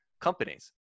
companies